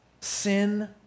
sin